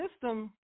system